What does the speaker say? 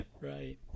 Right